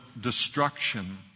destruction